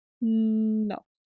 No